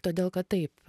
todėl kad taip